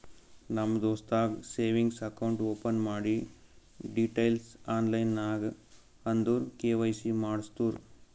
ನಮ್ ದೋಸ್ತಗ್ savings account open ಮಾಡಿ ಡೀಟೈಲ್ಸ್ ಆನ್ಲೈನ್ ನಾಗ್ ಅಂದುರ್ ಕೆ.ವೈ.ಸಿ ಮಾಡ್ಸುರು